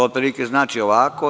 To otprilike znači ovako.